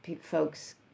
folks